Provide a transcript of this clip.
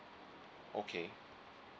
okay